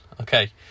okay